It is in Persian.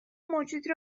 موجودی